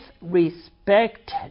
respect